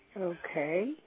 Okay